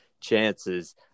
chances